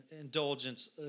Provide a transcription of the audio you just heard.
Indulgence